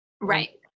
Right